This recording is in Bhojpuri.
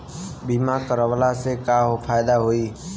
बीमा करवला से का फायदा होयी?